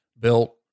built